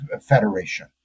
Federation